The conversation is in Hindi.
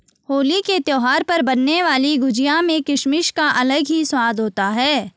होली के त्यौहार पर बनने वाली गुजिया में किसमिस का अलग ही स्वाद होता है